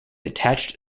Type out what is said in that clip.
attached